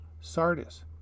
Sardis